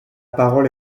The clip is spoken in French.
parole